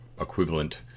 equivalent